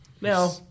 Now